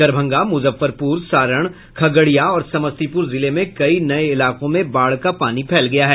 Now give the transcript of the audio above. दरभंगा मुजफ्फरपुर सारण खगड़िया और समस्तीपुर जिले में कई नये इलाकों में बाढ़ का पानी फैल गया है